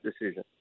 decision